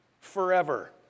forever